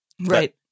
Right